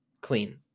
clean